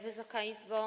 Wysoka Izbo!